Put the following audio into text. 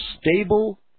stable